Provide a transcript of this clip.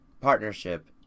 partnership